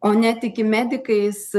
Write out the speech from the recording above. o netiki medikais